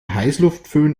heißluftföhn